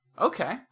Okay